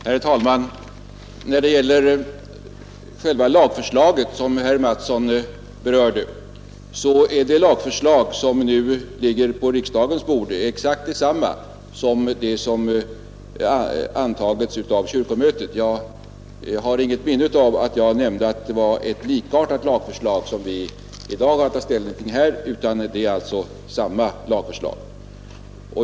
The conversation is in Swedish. Herr talman! Vad beträffar själva lagförslaget, som herr Mattsson i Lane-Herrestad berörde, är det lagförslag som nu ligger på riksdagens bord exakt detsamma som det som antagits av kyrkomötet. Jag har inget minne av att jag nämnde att det var ett likartat lagförslag som vi i dag har att ta ställning till, utan det är alltså samma lagförslag.